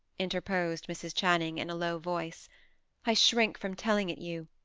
interposed mrs. channing, in a low voice i shrink from telling it you.